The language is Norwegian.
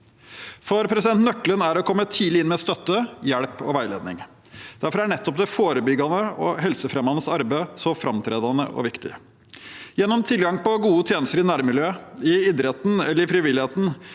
planen. Nøkkelen er å komme tidlig inn med støtte, hjelp og veiledning. Derfor er nettopp det forebyggende og helsefremmende arbeidet så framtredende og viktig. Gjennom tilgang på gode tjenester i nærmiljøet, i idretten eller i frivilligheten,